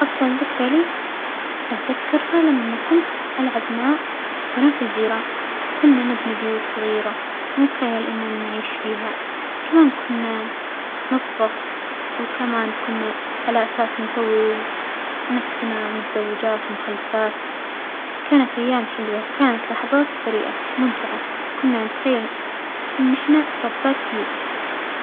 أفظل ذكرى لى أتذكرها لما كنت ألعب مع بنات الجيران، كنا نبنى بيوت صغيرة ونتخيل اننا نعيش فيها، كمان كنا ن-نطبخ، وكمان كنا على أساس نسوى نفسنا متزوجات ومخلفات، كانت أيام حلوة وكانت لحظات بريئة ممتعة، كنا نتخيل أن أحنا ربات بيوت.